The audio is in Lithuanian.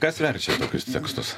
kas verčia tokius tekstus